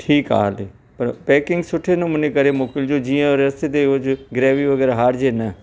ठीकु आहे हले पर पैकिंग सुठे नमूने करे मोकिलिजो जीअं रस्ते ते उहे ग्रेवी वग़ैरह हारिजे न